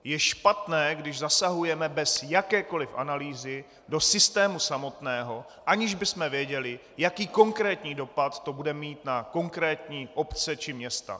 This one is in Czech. Je špatné, když zasahujeme bez jakékoliv analýzy do systému samotného, aniž bychom věděli, jaký konkrétní dopad to bude mít na konkrétní obce či města.